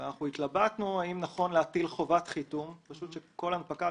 אנחנו התלבטנו אם נכון להטיל חובת חיתום כך שכל הנפקה,